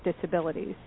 disabilities